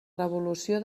revolució